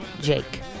Jake